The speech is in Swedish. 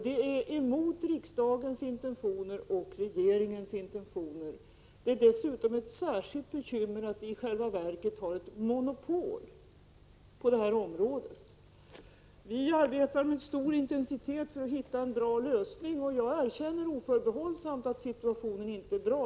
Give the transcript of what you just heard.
Det är emot riksdagens och regeringens intentioner. Det är dessutom ett särskilt bekymmer att vi i själva verket har ett monopol på det här området. Vi arbetar med stor intensitet för att hitta en bra lösning, och jag erkänner oförbehållsamt att situationen inte är bra.